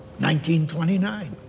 1929